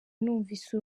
numvise